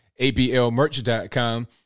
ablmerch.com